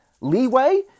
leeway